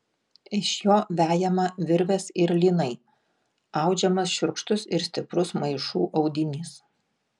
iš jo vejama virvės ir lynai audžiamas šiurkštus ir stiprus maišų audinys